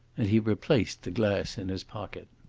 and he replaced the glass in his pocket.